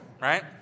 Right